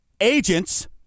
agents